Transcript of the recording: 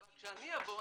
אבל כשאני אבוא,